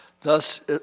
thus